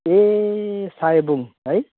ए सायाबुङ है